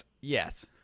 yes